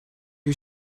you